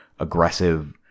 aggressive